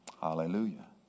Hallelujah